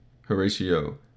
Horatio